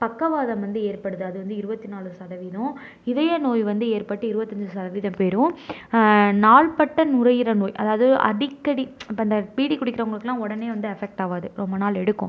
பக்கவாதம் வந்து ஏற்படுது அது வந்து இருபத்தி நாலு சதவீதம் இதய நோய் வந்து ஏற்பட்டு இருபத்தஞ்சி சதவீதம் பேரும் நாள்பட்ட நுரையீரல் நோய் அதாவது அடிக்கடி இப்போ அந்த பீடி குடிக்கிறவங்களுக்குலாம் உடனே வந்து அஃபெக்ட் ஆகாது ரொம்ப நாள் எடுக்கும்